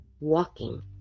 walking